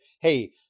hey